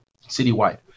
citywide